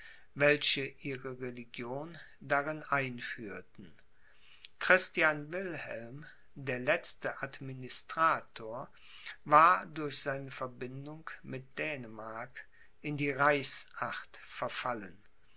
welche ihre religion darin einführten christian wilhelm der letzte administrator war durch seine verbindung mit dänemark in die reichsacht verfallen